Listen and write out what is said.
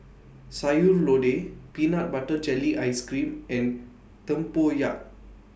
Sayur Lodeh Peanut Butter Jelly Ice Cream and Tempoyak